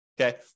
okay